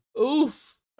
Oof